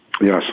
Yes